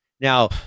Now